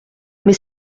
mais